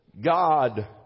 God